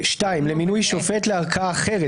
למינוי שופט לערכאה אחרת